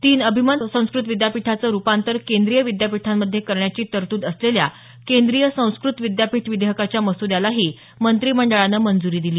तीन अभिमत संस्क्रत विद्यापिठांचं रुपांतर केंद्रीय विद्यापीठांमधे करण्याची तरतूद असलेल्या केंद्रीय संस्कृत विद्यापीठ विधेयकाच्या मसुद्यालाही मंत्रिमंडळानं मंजुरी दिली